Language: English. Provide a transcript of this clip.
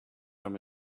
from